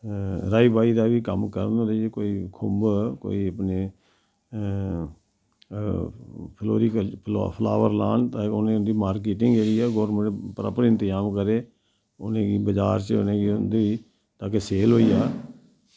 राई बाई दा वी कम्म करन ते जे कोई खुंब कोई अपने फलोरिकल्चर फलावर लान उंदी मार्कीटिंग जेह्ड़ी ऐ गौरमैंट प्रापर इंतजाम करे उनेंगी बजार च उने उंदी अग्गे सेल होईया